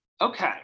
Okay